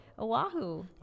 Oahu